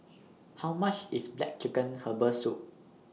How much IS Black Chicken Herbal Soup